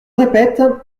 répète